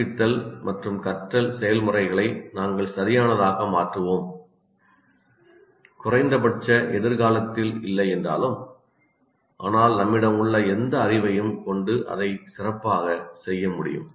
கற்பித்தல் மற்றும் கற்றல் செயல்முறைகளை நாங்கள் சரியானதாக மாற்றுவோம் குறைந்தபட்ச எதிர்காலத்தில் இல்லை என்றாலும் ஆனால் நம்மிடம் உள்ள எந்த அறிவையும் கொண்டு அதை சிறப்பாக செய்ய முடியும்